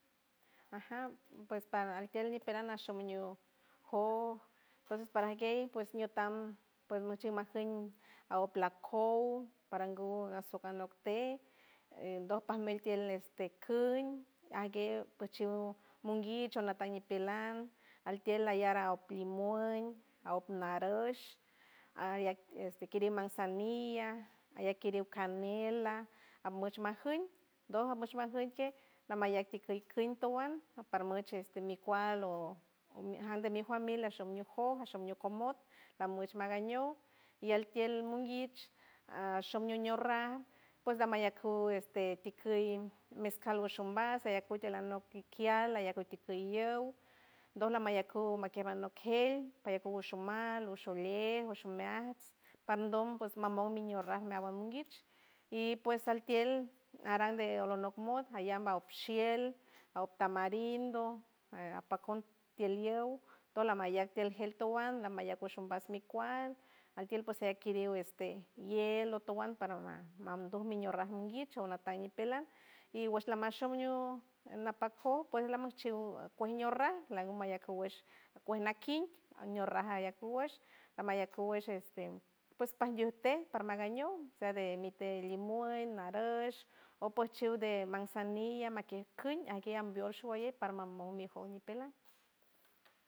Aja pues para altield ni perand nasho muñow jo entonces para aguey pues ñutan pues nuchi majem aop lacow parangu lasoc alok tey el dog palmelt tield de cuiñ aguey puchiuld munguich o latan nipeland altield layara op limuoin op narosh o kiri manzanilla ayak kiriu canela amoch majium dol amoch majoyquen lamayak ti kintu wand paramuch este micual o me jandemi juamilia shomecuoj o shome cuomok omosh magaño y altield munguich ashomie ñorra pues dama yacu este naguesh ticuy mezcal gushumbas teyacut deyanok tikiald ayaguti cuyow dola mayacu umakier alokeir ayaculu gushu mal gushu le gushu meats pardon pos mamon niño rauj meaga nguich y pues altield aral de ololoc mood ayan baoshield aop tamarindo ea pacon tieliew tolamayac ti algel towan lamaya cushumbas mi cuas altield pues alkiriu este hielo towan para ma mando niño raj munguich o natan ñipeland y guash lama shouño napa co pues lamachiu cueño raj laguma yacu guesh acuej cuej nakin uño raja yacu guash ama yacuguash este pues parlutie par magaño seade mi te limuel narosh o pochu de manzanilla makicuñ aguea ambiosh shubaye parma mo mejor ñipeland.